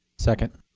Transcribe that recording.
second.